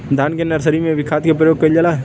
धान के नर्सरी में भी खाद के प्रयोग कइल जाला?